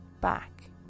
back